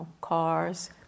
cars